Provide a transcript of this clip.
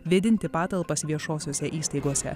vėdinti patalpas viešosiose įstaigose